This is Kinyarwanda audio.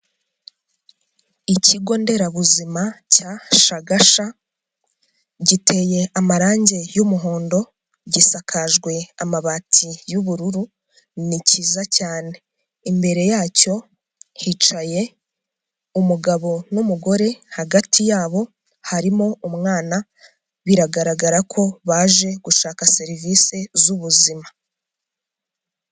Ikigo nderabuzima cya Shagasha, giteye amarangi y'umuhondo, gisakajwe amabati y'ubururu, ni cyiza cyane. Imbere yacyo hicaye umugabo n'umugore, hagati yabo harimo umwana, biragaragara ko baje gushaka serivise z'ubuzima.